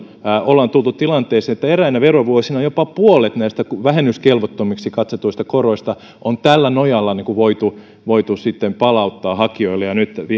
ollaan tultu tilanteeseen että eräinä verovuosina jopa puolet näistä vähennyskelvottomiksi katsotuista koroista on tällä nojalla voitu voitu palauttaa hakijoille ja nyt